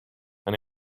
and